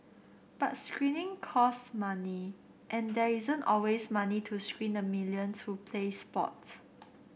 but screening cost money and there isn't always money to screen the millions who play sports